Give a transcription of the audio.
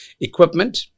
equipment